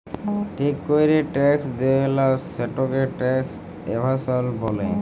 ঠিক ক্যরে ট্যাক্স দেয়লা, সেটকে ট্যাক্স এভাসল ব্যলে